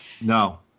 No